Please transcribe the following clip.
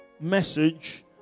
message